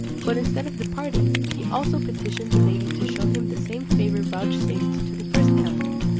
but instead of departing, he also petitioned the lady to shew him the same favour vouchsafed to the first calender,